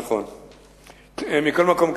מכל מקום,